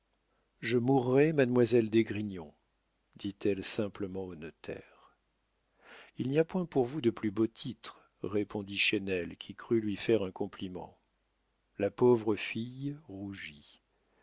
je mourrai mademoiselle d'esgrignon dit-elle simplement au notaire il n'y a point pour vous de plus beau titre répondit chesnel qui crut lui faire un compliment la pauvre fille rougit